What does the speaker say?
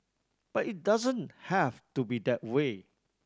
but it doesn't have to be that way